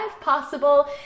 possible